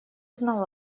знал